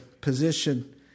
position